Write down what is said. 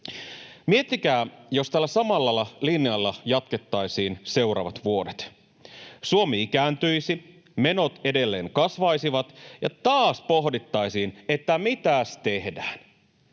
Miettikää, jos tällä samalla linjalla jatkettaisiin seuraavat vuodet. Suomi ikääntyisi, menot edelleen kasvaisivat, ja taas pohdittaisiin, että mitäs tehdään.